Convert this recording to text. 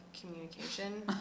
communication